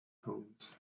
homes